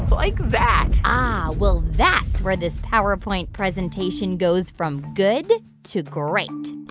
like that? ah, well, that's where this powerpoint presentation goes from good to great.